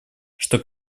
что